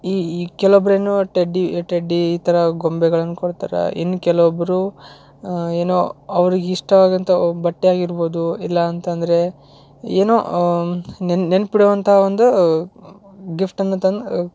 ಈ ಕೆಲವೊಬ್ರು ಏನು ಟೆಡ್ಡಿ ಟೆಡ್ಡಿ ಈ ಥರ ಗೊಂಬೆಗಳನ್ನು ಕೊಡ್ತಾರೆ ಇನ್ನು ಕೆಲವೊಬ್ಬರು ಏನೋ ಅವ್ರಿಗೆ ಇಷ್ಟವಾದಂಥ ಬಟ್ಟೆ ಆಗಿರ್ಬೋದು ಇಲ್ಲ ಅಂತಂದರೆ ಏನೋ ನೆನಪಿಡೋ ಅಂಥ ಒಂದು ಗಿಫ್ಟನ್ನು ತಂದು